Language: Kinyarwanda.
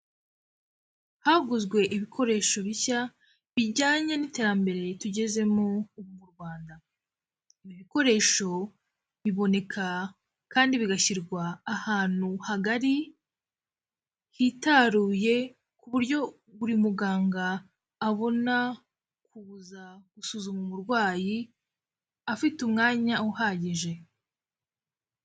Haguzwe ibikoresho bishya, bijyanye n'iterambere tugezemo mu Rwanda. Ibikoresho biboneka kandi bigashyirwa ahantu hagari hitaruye, ku buryo buri muganga abona kuza gusuzuma umurwayi afite umwanya uhagije.